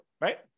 right